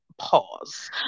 Pause